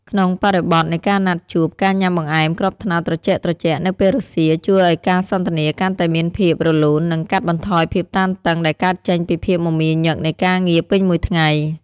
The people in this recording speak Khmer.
ក្នុងបរិបទនៃការណាត់ជួប ការញ៉ាំបង្អែមគ្រាប់ត្នោតត្រជាក់ៗនៅពេលរសៀល ជួយឱ្យការសន្ទនាកាន់តែមានភាពរលូន និងកាត់បន្ថយភាពតានតឹងដែលកើតចេញពីភាពមមាញឹកនៃការងារពេញមួយថ្ងៃ។